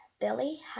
Billy